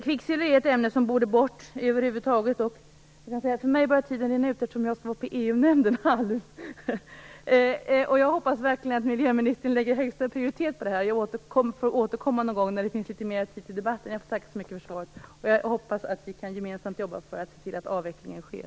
Kvicksilver är ett ämne som över huvud taget borde bort. För mig börjar tiden rinna ut, eftersom jag skall vara på EU-nämnden om en liten stund. Jag hoppas verkligen att miljöministern ger detta högsta prioritet. Jag får återkomma någon gång när det finns litet mer tid till debatten. Jag får tacka så mycket för svaret, och jag hoppas att vi gemensamt kan jobba för att se till att avvecklingen sker.